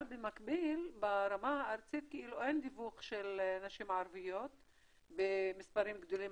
אבל במקביל ברמה הארצית אין דיווח של נשים ערביות במספרים גדולים,